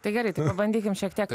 tai gerai bandykim šiek tiek